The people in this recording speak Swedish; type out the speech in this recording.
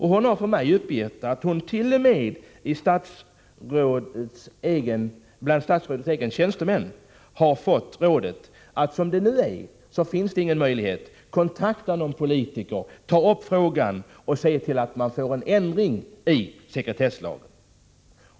Hon har för mig uppgett att hon t.o.m. av statsrådets egna tjänstemän fått rådet, att eftersom det nu inte finns någon möjlighet att hemlighålla hennes adress, borde hon kontakta någon politiker för att ta upp frågan och se till att få en ändring i sekretesslagen.